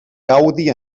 gaudi